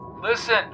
Listen